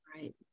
right